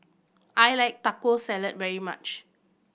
I like Taco Salad very much